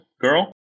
girl